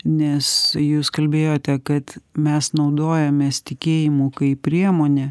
nes jūs kalbėjote kad mes naudojamės tikėjimu kaip priemone